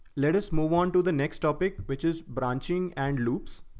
let us move on to the next topic, which is branching and loops.